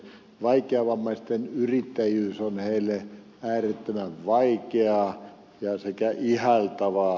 vaikeavammaisten yrittäjyys on heille äärettömän vaikeaa sekä ihailtavaa